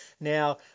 Now